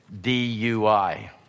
D-U-I